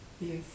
Yes